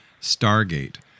Stargate